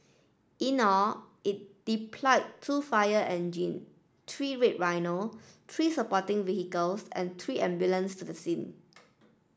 in all it deployed two fire engine three red rhino three supporting vehicles and three ambulance to the scene